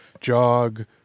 jog